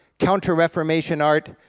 counter-reformation art,